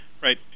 Right